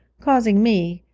causing me,